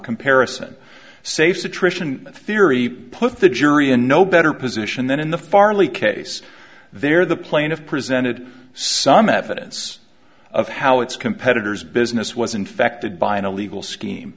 comparison safe's attrition theory put the jury in no better position than in the farley case there the plane of presented some evidence of how its competitors business was infected by an illegal scheme